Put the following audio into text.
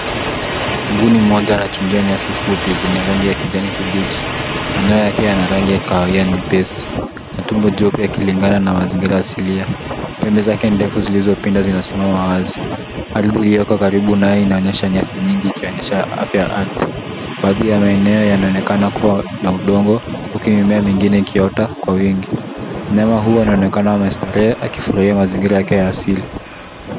Mbuni mmoja anachungia nyasi fupi zenye rangi ya kijani kibichi. Manyoya yake yana rangi ya kahawia nyepesi na tumbo jeupe yakilingana na mazingira ya asilia. Pembe zake ndefu zilizopinda zinasimama wazi. Ardhi iliyoko karibu naye inaonyesha nyasi nyingi ikionyesha afya ya ardhi. Baadhi ya maeneo yanaonekana kuwa udongo huku mimea mingine ikiota kwa wingi. Mnyama huyu anaonekana amestarehe akifurahia mazingira yake ya asili